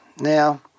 Now